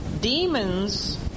Demons